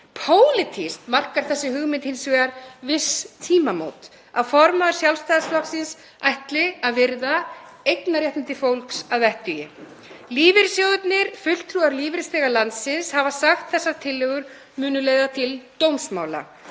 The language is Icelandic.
Pólitískt markar þessi hugmynd hins vegar viss tímamót, að formaður Sjálfstæðisflokksins ætli að virða eignarréttindi fólks að vettugi. Lífeyrissjóðirnir, fulltrúar, lífeyrisþega landsins, hafa sagt að þessar tillögur muni leiða til dómsmála.